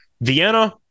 Vienna